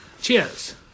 Cheers